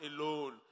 alone